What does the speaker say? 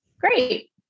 Great